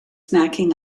snacking